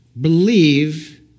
believe